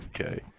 Okay